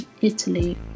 Italy